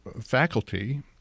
faculty